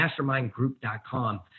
mastermindgroup.com